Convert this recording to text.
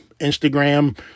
Instagram